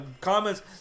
comments